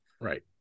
Right